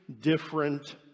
different